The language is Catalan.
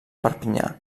perpinyà